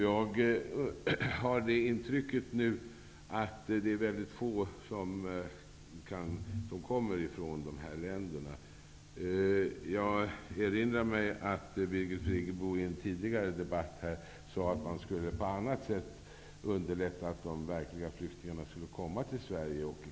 Jag har det intrycket att det är väldigt få som kom mer från dessa länder. Jag erinrar mig att Birgit Friggebo i en tidigare debatt här sade att man skulle på annat sätt underlätta för de verkliga flyktingarna att komma till Sverige.